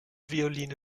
violine